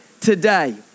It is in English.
today